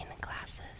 glasses